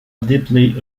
deeply